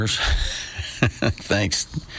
Thanks